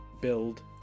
build